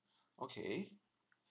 okay